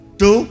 two